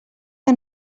que